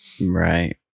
Right